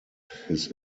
his